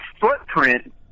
footprint